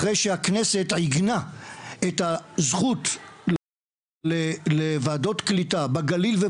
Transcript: אחרי שהכנסת עיגנה את הזכות לוועדות קליטה בגליל,